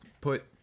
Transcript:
Put